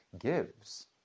gives